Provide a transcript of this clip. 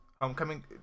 homecoming